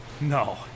No